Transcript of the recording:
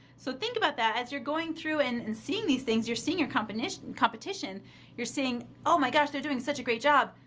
so think about that. as you're going through and and seeing these things, you're seeing your competition, you're seeing, oh my gosh, they're doing such a great job,